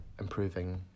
improving